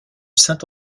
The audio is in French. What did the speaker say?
saint